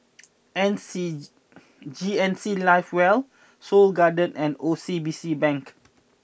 N C G N C live well Seoul Garden and O C B C Bank